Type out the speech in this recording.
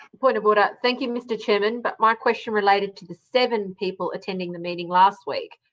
point of order. thank you, mr chair, and but my question related to the seven people attending the meeting last week.